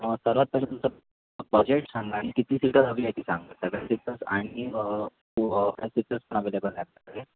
सर्वात पहिलं तुमचं बजेट सांगा आणि किती सीटर हवी आहे ती सांगा सगळे सीटर्स आणि सीटर्स पण अवेलेबल आहे आपल्याकडे